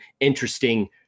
interesting